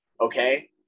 okay